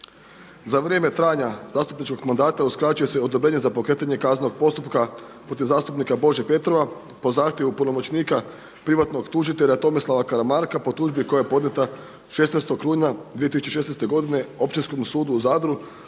Za vrijeme trajanja zastupničkog mandata uskraćuje se odobrenje za pokretanje kaznenog postupka protiv zastupnika Bože Petrova po zahtjevu punomoćnika privatnog tužitelja Tomislava Karamarka po tužbi koja je podnijeta 16. rujna 2016. godine Općinskom sudu u Zadru